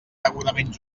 degudament